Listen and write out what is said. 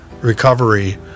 recovery